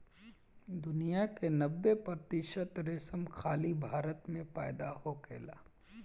दुनिया के नब्बे प्रतिशत रेशम खाली भारत में पैदा होखेला